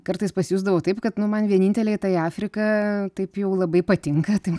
kartais pasijusdavau taip kad nu man vienintelei ta afrika taip jau labai patinka tai